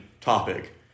topic